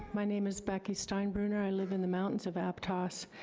my name is becky steinbruner. i live in the mountains of aptos.